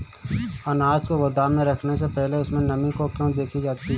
अनाज को गोदाम में रखने से पहले उसमें नमी को क्यो देखी जाती है?